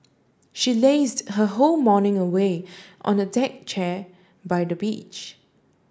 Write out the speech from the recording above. she lazed her whole morning away on a deck chair by the beach